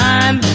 Time